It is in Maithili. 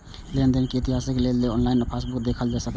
लेनदेन के इतिहास देखै लेल ऑनलाइन पासबुक देखल जा सकैए